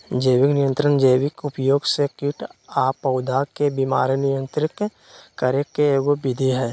जैविक नियंत्रण जैविक उपयोग से कीट आ पौधा के बीमारी नियंत्रित करे के एगो विधि हई